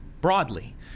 broadly